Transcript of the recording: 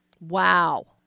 Wow